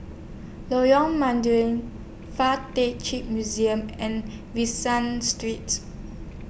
Lorong Mydin Fuk Tak Chi Museum and San Streets